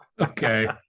okay